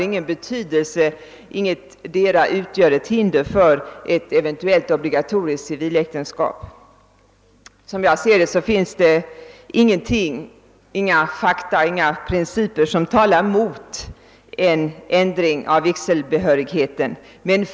Ingetdera alternativet utgör ett hinder för ett obligatoriskt civiläktenskap. Som jag ser det finns det inga fakta och principer som talar mot en ändring av vigselbehörigheten.